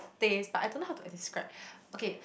taste but I don't know how to describe okay